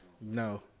No